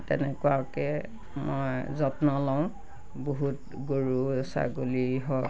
তেনেকুৱাকৈয়ে মই যত্ন লওঁ বহুত গৰু ছাগলী হওক